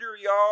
y'all